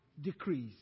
decrease